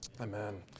Amen